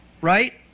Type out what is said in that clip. right